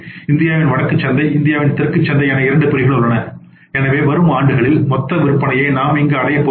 இந்தியாவின் வடக்கு சந்தை இந்தியாவின் தெற்கு சந்தை என இரண்டு பிரிவுகள் உள்ளன எனவே வரும் ஆண்டுகளில் மொத்த விற்பனையை நாம் இங்கு அடையப் போகிறோம்